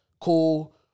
Cool